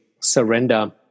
surrender